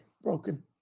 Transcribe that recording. broken